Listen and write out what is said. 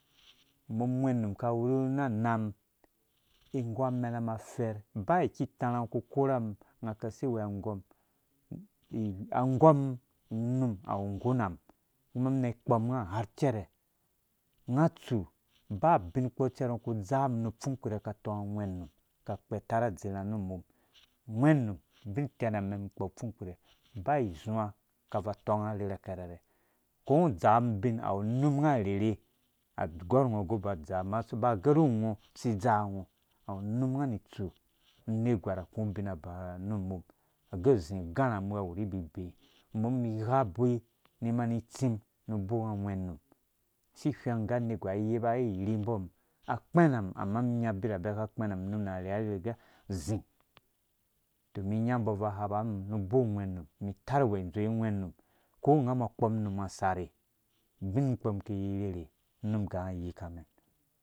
Umum umgwe num aka awuraana mum igu amɛnamum afɛɛr ba ki itarha ungo uki ikora umum unga aka asi iwea angɔm angɔmmum unum awu nggunamum kuma ina ikpɔm unga har icɛrɛ unga atsu ba ubinkpɔ cɛrɛ ungo uku idzaa umum nu upfung kpire aka atɔnga ungwɛ num aka akpa atare adzirh nu umu ungwɛ num ubin itɛname mum kpɔ nu upfung kpire ba izuwa kaza atɔnga arherhe akɛrɛ ko ungo udzaa umum ubin awu unum unga arherhe agɔr ungo age uba udzaa ama aba agɛ ru ungo si idzaango awu unum unga. ani itsu unergwar ahũ oubin aba nu umum age uzi ugarha mum wɔ awuri ibibee umum igha boi ni imani itsim. nu ubok unga ungwɛ num isi ihweng ugɛ anegwar ayeba irhimbo umum akpɛna umum ama umum inya abivabe aka akpɛna umum unum ana arherha arherha agɛ uzi domin inya umbo aba akhapa ru umum ru ubo ungwɛ num umum itarwɛɛ indzowe ungwɛ num ko ungamɔ akpɔ unumnga asare ubin kpo umum iki irherhe unum iganga ayika umɛm